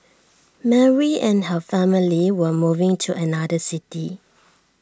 Mary and her family were moving to another city